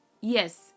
yes